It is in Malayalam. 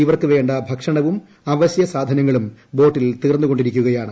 ഇവർക്ക് വേണ്ട ഭക്ഷണവും അവശ്യസാധനങ്ങളും ബോട്ടിൽ തീർന്നു കൊണ്ടിരിക്കുകയാണ്